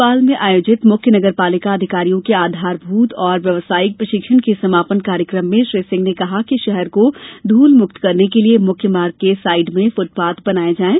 भोपाल मे आयोजित मुख्य नगरपालिका अधिकारियों के आधारभूत एवं व्यावसायिक प्रशिक्षण के समापन कार्यक्रम में श्री सिंह ने कहा कि शहर को धूल मुक्त करने के लिये मुख्य मार्ग के साइड में फृटपाथ बनवाये जाएं